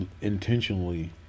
intentionally